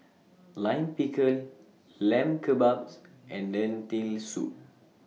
Lime Pickle Lamb Kebabs and Lentil Soup